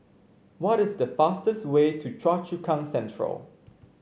what is the fastest way to Choa Chu Kang Central